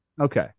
Okay